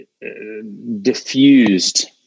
diffused